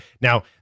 now